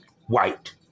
White